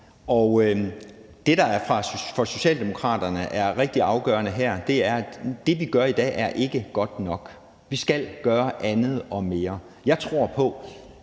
det, der for Socialdemokraterne er rigtig afgørende her, er, at det, vi gør i dag, ikke er godt nok. Vi skal gøre andet og mere. Jeg tror på,